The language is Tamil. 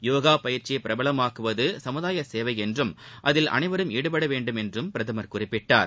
யோகா பயிற்சியை பிரபலமாக்குவது சமுதாய சேவை என்றும் அதில் அனைவரும் ஈடுபட வேண்டுமென்றும் குறிப்பிட்டார்